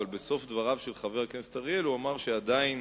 אבל בסוף דבריו של חבר הכנסת אריאל הוא אמר שעדיין